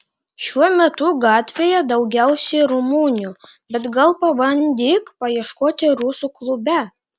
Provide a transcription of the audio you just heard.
šiuo metu gatvėje daugiausiai rumunių bet gal pabandyk paieškoti rusų klube